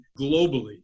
globally